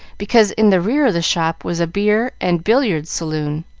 because in the rear of the shop was a beer and billiard saloon.